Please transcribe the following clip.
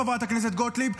חברת הכנסת גוטליב,